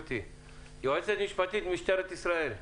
היועצת המשפטית של משטרת ישראל,